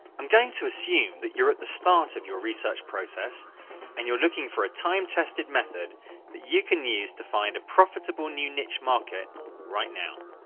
i'm going to assume that you're at the start of your research process and you're looking for a time tested method that you can use to find a profitable new niche market right now.